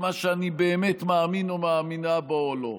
מה שאני באמת מאמין או מאמינה בו או לא?